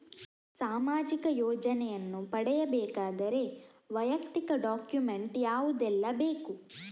ಸಾಮಾಜಿಕ ಯೋಜನೆಯನ್ನು ಪಡೆಯಬೇಕಾದರೆ ವೈಯಕ್ತಿಕ ಡಾಕ್ಯುಮೆಂಟ್ ಯಾವುದೆಲ್ಲ ಬೇಕು?